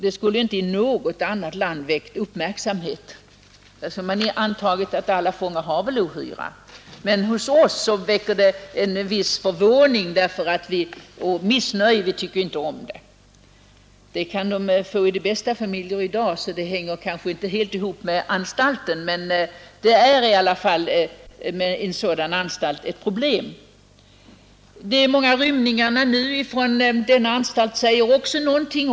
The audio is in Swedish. Detta skulle inte i något annat land ha väckt uppmärksamhet, eftersom man väl antagit att alla fångar har ohyra, men hos oss väcker det en viss förvåning och missnöje — vi tycker inte om det. Ohyra kan man visserligen få även i de bästa familjer i dag, så det beror kanske inte helt på anstalten, men detta är i alla fall ett verkligt problem i en sådan anstalt. De många rymningarna från denna anstalt säger oss också någonting.